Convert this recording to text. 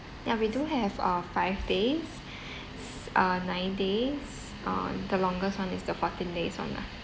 yeah we do have uh five days s~ uh nine days uh the longest [one] is the fourteen days [one] lah